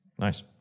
Nice